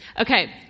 Okay